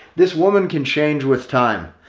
this woman can change with time.